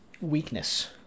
weakness